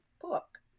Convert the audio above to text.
book